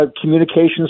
communications